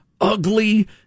ugly